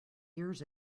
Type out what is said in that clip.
years